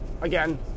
again